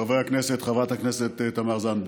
חברי הכנסת, חברת הכנסת תמר זנדברג,